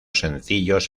sencillos